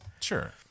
Sure